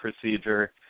procedure